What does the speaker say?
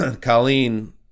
Colleen